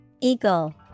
Eagle